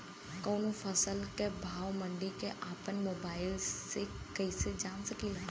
कवनो फसल के भाव मंडी के अपना मोबाइल से कइसे जान सकीला?